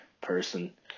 person